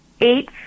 eight